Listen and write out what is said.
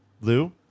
Lou